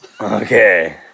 Okay